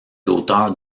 auteurs